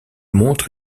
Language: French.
montre